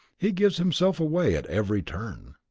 he gives himself away at every turn.